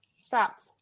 straps